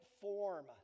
form